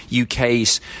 UK's